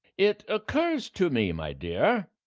it occurs to me, my dear,